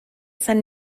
san